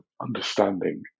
understanding